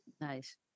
Nice